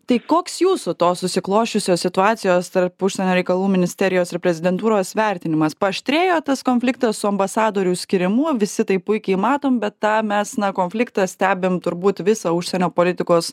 tai koks jūsų tos susiklosčiusios situacijos tarp užsienio reikalų ministerijos ir prezidentūros vertinimas paaštrėjo tas konfliktas su ambasadorių skiriamų visi tai puikiai matom bet tą mes na konfliktą stebim turbūt visą užsienio politikos